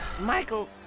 Michael